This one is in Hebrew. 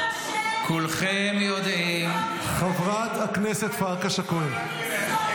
השם --- חברת הכנסת פרקש הכהן.